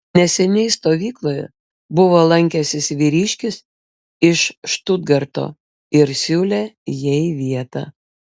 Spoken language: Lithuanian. neseniai stovykloje buvo lankęsis vyriškis iš štutgarto ir siūlė jai vietą